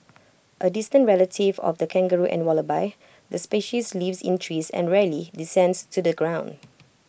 A distant relative of the kangaroo and wallaby the species lives in trees and rarely descends to the ground